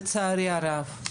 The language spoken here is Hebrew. לצערי הרב,